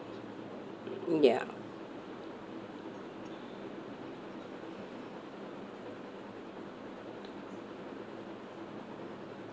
ya